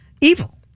evil